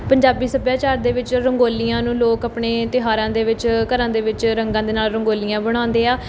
ਪੰਜਾਬੀ ਸੱਭਿਆਚਾਰ ਦੇ ਵਿੱਚ ਰੰਗੋਲੀਆਂ ਨੂੰ ਲੋਕ ਆਪਣੇ ਤਿਉਹਾਰਾਂ ਦੇ ਵਿੱਚ ਘਰਾਂ ਦੇ ਵਿੱਚ ਰੰਗਾਂ ਦੇ ਨਾਲ਼ ਰੰਗੋਲੀਆਂ ਬਣਾਉਂਦੇ ਆ